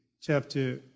chapter